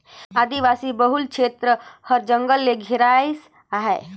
आदिवासी बहुल छेत्र हर जंगल ले घेराइस अहे